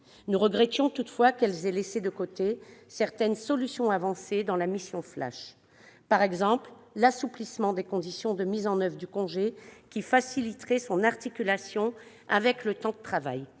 Nous regrettions toutefois qu'elle ait laissé de côté certaines solutions avancées dans la mission flash. C'est le cas de l'assouplissement des conditions de mise en oeuvre du congé, qui faciliterait son articulation avec le temps de travail,